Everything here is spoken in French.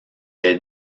est